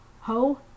Ho